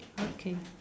okay